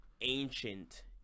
ancient